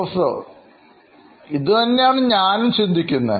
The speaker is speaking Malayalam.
പ്രൊഫസർ ഇതു തന്നെയാണ് ഞാനും ചിന്തിക്കുന്നത്